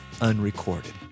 unrecorded